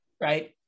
right